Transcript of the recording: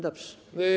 Dobrze.